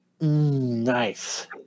Nice